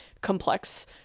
complex